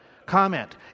comment